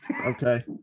Okay